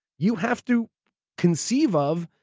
you have to conceive of,